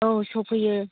औ सफैयो